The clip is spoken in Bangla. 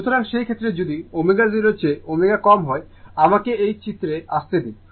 সুতরাং সেই ক্ষেত্রে যদি ω0 চেয়ে ω কম হয় আমাকে এই চিত্রে আসতে দিন